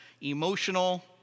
Emotional